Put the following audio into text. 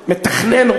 מתכנן,